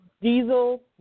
Diesel